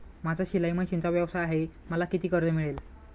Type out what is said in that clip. माझा शिलाई मशिनचा व्यवसाय आहे मला किती कर्ज मिळेल?